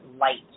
light